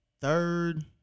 third